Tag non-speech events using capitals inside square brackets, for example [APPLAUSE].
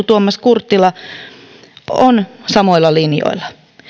[UNINTELLIGIBLE] tuomas kurttila on samoilla linjoilla